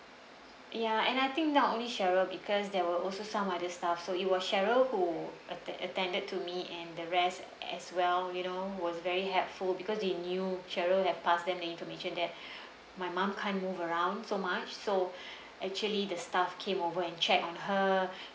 ya and I think not only cheryl because there were also some other staff so it was cheryl who attend attended to me and the rest as well you know who was very helpful because they knew cheryl had pass them the information that my mum can't move around so much so actually the staff came over and check on her